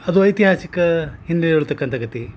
ಅದು ಐತಿಹಾಸಿಕ ಹಿಂದೆ ಇರ್ತಕ್ಕಂಥ ಕತೆ